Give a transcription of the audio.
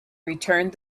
returned